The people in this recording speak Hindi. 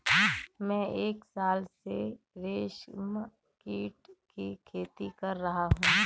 मैं एक साल से रेशमकीट की खेती कर रहा हूँ